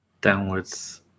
Downwards